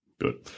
Good